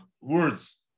words